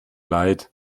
leid